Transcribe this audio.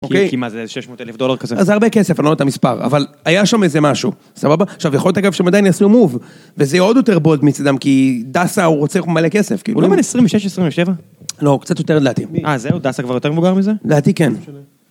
כי מה זה איזה 600 אלף דולר כזה. אז זה הרבה כסף, אני לא יודע את המספר, אבל היה שם איזה משהו, סבבה? עכשיו יכול להיות אגב שעדין הם יעשו מוב, וזה יהיה עוד יותר בולט מצדם, כי דסה הוא רוצה ללכת מלא כסף. הוא לא מ-26,27? לא, הוא קצת יותר לדעתי. אה, זהו, דסה כבר יותר מבוגר מזה? לדעתי כן.